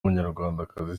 umunyarwandakazi